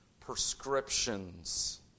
prescriptions